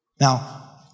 Now